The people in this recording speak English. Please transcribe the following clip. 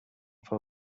for